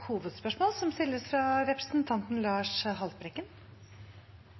hovedspørsmål, som stilles av Lars Haltbrekken.